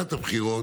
הבחירות),